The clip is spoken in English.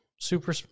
super